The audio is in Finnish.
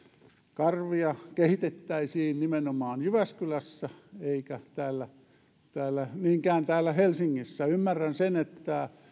karvia kehitettäisiin nimenomaan jyväskylässä eikä niinkään täällä helsingissä ymmärrän sen että